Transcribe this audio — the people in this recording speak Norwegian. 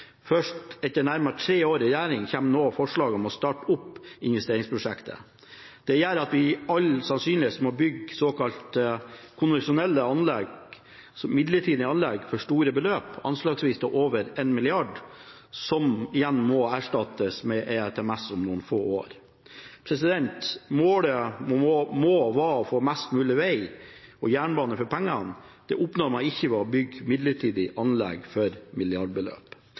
Først etter nærmere tre år i regjering, kommer det nå forslag om å starte opp investeringsprosjektet. Det gjør at vi etter all sannsynlighet må bygge såkalte konvensjonelle anlegg – midlertidige anlegg – for store beløp, anslagsvis mer enn 1 mrd. kr, som igjen må erstattes av ERTMS om noen få år. Målet må være å få mest mulig veg og jernbane for pengene. Det oppnår man ikke ved å bygge midlertidige anlegg for milliardbeløp.